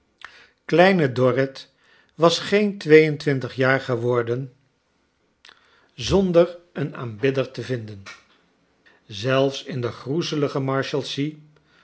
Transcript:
kleine dorrit was gcen twee en twintig jaar ge worden zonder een aanbidder te vinden zelfs in de